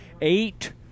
Eight